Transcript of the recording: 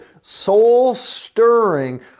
soul-stirring